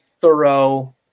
thorough